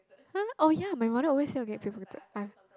!huh! oh ya my mother always say I will get pickpocted I've